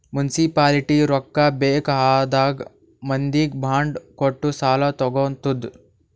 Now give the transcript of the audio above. municipality ರೊಕ್ಕಾ ಬೇಕ್ ಆದಾಗ್ ಮಂದಿಗ್ ಬಾಂಡ್ ಕೊಟ್ಟು ಸಾಲಾ ತಗೊತ್ತುದ್